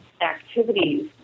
activities